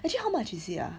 actually how much is it ah